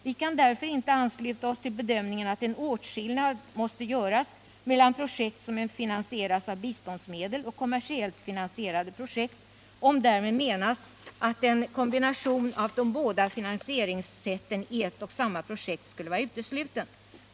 Vi kan därför inte ansluta oss till bedömningen att en åtskillnad måste göras mellan projekt som finansieras av biståndsmedel och kommersiellt finansierade projekt, om därmed menas att en kombination av de båda finansieringssätten i ett och samma projekt skulle vara utesluten.